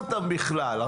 בכלל.